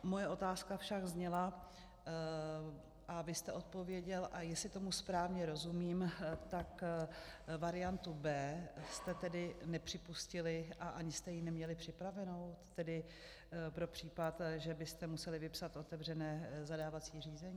Moje otázka však zněla a vy jste odpověděl, a jestli tomu správně rozumím, tak variantu B jste tedy nepřipustili a ani jste ji neměli připravenou pro případ, že byste museli vypsat otevřené zadávací řízení?